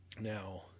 now